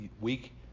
week